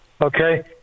Okay